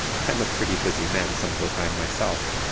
i'm a pretty busy man some of the time, myself!